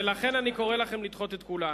ולכן אני קורא לכם לדחות את כולן.